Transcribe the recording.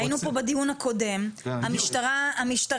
היינו פה בדיון הקודם, והמשטרה הייתה